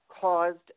caused